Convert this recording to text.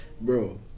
Bro